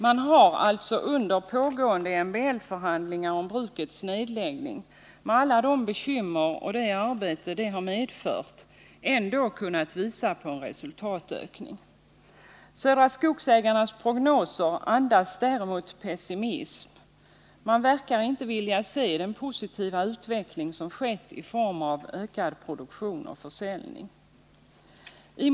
Man har alltså under pågående MBL-förhandlingar om brukets nedläggning, med alla de bekymmer och allt det arbete som detta har medfört. ändå kunnat visa på en resultatökning. Södra Skogsägarnas prognoser andas däremot pessimism — man verkar inte vilja se den positiva utveckling som har skett i form av ökad produktion och försäljning.